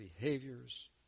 behaviors